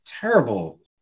terrible